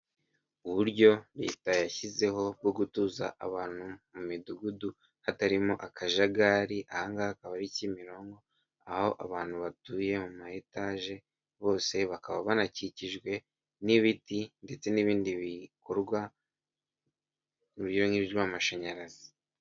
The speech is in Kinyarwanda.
Uburyo leta yashyizeho bwo gutuza abantu mu midugudu hatarimo akajagari, aha ngaha akaba ari Kimironko, aho abantu batuye mu ma etaje, bose bakaba banakikijwe n'ibiti ndetse n'ibindi bikorwa, birimo amashanyarazi.